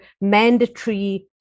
mandatory